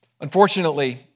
Unfortunately